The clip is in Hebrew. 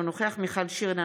אינו נוכח מיכל שיר סגמן,